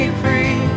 free